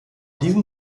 diesem